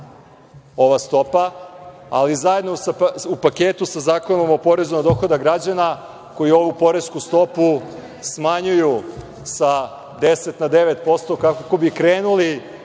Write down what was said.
ova stopa, ali zajedno u paketu sa Zakonom o porezu na dohodak građana koji ovu poresku stopu smanjuju sa 10% na 9%, kako bi krenuli